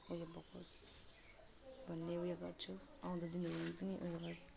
ऊ यो बोकोस् भन्ने ऊ यो गर्छु आउँदो दिनहरूमा पनि ऊ यो गर्छ